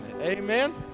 Amen